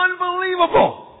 Unbelievable